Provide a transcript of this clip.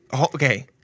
Okay